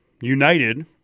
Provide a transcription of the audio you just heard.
United